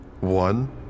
One